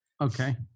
Okay